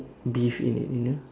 beef in it you know